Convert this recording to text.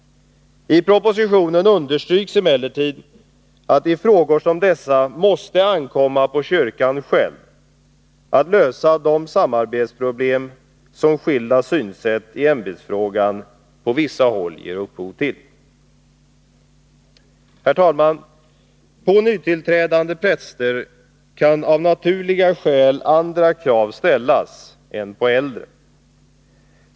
I propositionen understryks emellertid att det i frågor som dessa måste ankomma på kyrkan själv att lösa de samarbetsproblem som skilda synsätt i ämbetsfrågan på vissa håll ger upphov till. Herr talman! På nytillträdande präster kan av naturliga skäl andra krav ställas än på äldre.